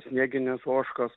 snieginės ožkos